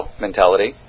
mentality